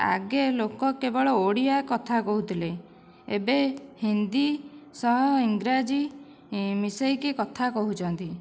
ଆଗେ ଲୋକ କେବଳ ଓଡ଼ିଆ କଥା କହୁଥିଲେ ଏବେ ହିନ୍ଦୀ ସହ ଇଂରାଜୀ ମିଶାଇକି କଥା କହୁଛନ୍ତି